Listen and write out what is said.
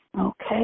Okay